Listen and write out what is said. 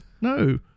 No